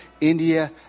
India